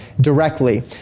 directly